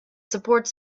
supports